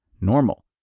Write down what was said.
normal